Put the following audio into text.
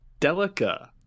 Delica